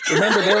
Remember